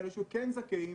אבל אלו שכן זכאים